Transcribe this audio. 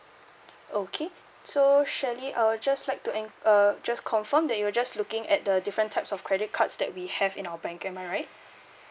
okay so shirley I'll just like to en~ uh just confirm that you're just looking at the different types of credit cards that we have in our bank am I right